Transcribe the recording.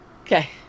Okay